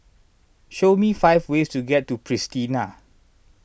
show me five ways to get to Pristina